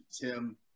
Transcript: Tim